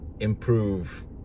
improve